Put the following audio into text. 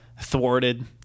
thwarted